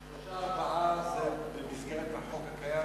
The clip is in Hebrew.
שלושה, ארבעה, זה במסגרת החוק הקיים, ?